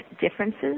differences